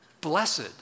blessed